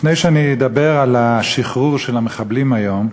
לפני שאני אדבר על השחרור של המחבלים היום,